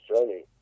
journey